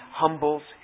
humbles